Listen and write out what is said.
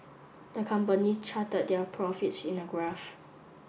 the company charted their profits in a graph